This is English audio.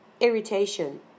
irritation